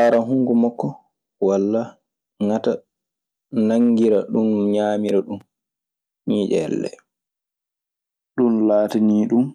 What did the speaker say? Aaran hunko makko, walla ngata, nanngira ɗun, ñaamira ɗun ñiiƴeele ɗee. Ɗun laatanii ɗun